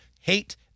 hate